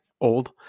old